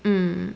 mm